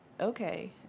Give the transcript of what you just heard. okay